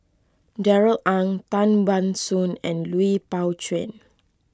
Darrell Ang Tan Ban Soon and Lui Pao Chuen